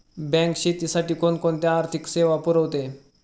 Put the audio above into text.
Bank शेतीसाठी कोणकोणत्या आर्थिक सेवा पुरवते?